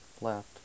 left